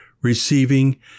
receiving